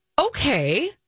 Okay